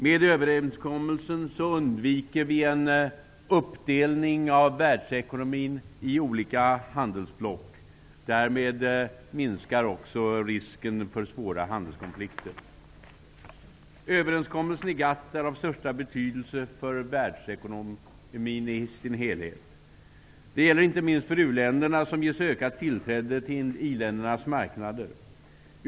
Med överenskommelsen undviker vi en uppdelning av världsekonomin i olika handelsblock. Därmed minskar också risken för svåra handelskonflikter. Överenskommelsen i GATT är av största betydelse för världsekonomin i dess helhet. Det gäller inte minst för u-länderna, som ges ökat tillträde till i-ländernas marknader.